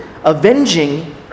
Avenging